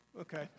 Okay